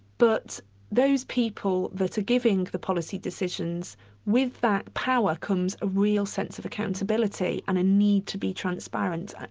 but those people that are giving the policy decisions with that power comes a real sense of accountability, and a need to be transparent,